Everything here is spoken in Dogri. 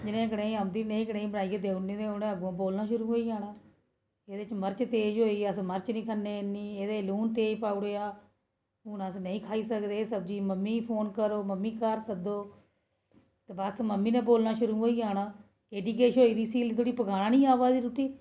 खाल्ली